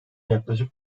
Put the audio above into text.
yaklaşık